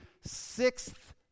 sixth